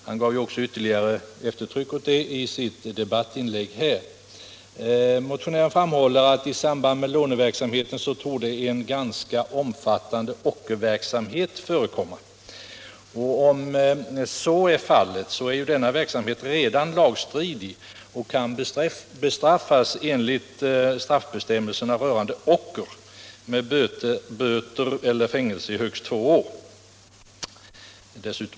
Han gav också ytterligare eftertryck åt det i sitt debattinlägg här. Motionären framhåller att i samband med låneverksamheten torde en ganska omfattande ockerverksamhet förekomma. Om så är fallet är denna verksamhet redan lagstridig och kan bestraffas enligt straffbestämmelserna rörande ocker med böter eller fängelse i högst två år.